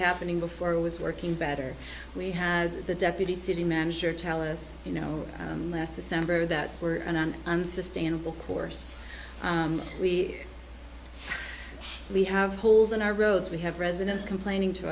happening before was working better we had the deputy city manager telling us you know last december that we're in an unsustainable course we we have holes in our roads we have residents complaining